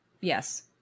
Yes